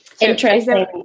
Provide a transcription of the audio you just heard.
interesting